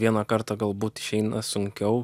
vieną kartą galbūt išeina sunkiau